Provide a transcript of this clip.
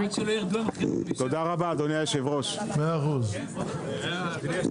הישיבה ננעלה בשעה 14:09.